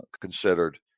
considered